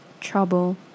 trouble